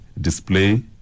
display